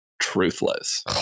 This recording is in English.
truthless